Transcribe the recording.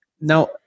Now